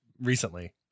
recently